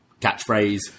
catchphrase